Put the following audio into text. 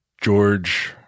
George